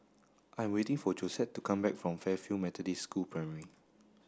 I am waiting for Josette to come back from Fairfield Methodist School Primary